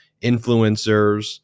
influencers